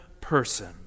person